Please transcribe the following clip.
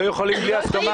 לא יכולים בלי הסכמה.